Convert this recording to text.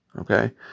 Okay